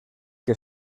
que